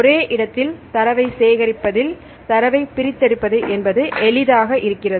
ஒரே இடத்தில் தரவை சேகரிப்பதில் தரவை பிரித்தெடுப்பது என்பது எளிதாக இருக்கிறது